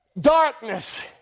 darkness